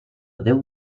deu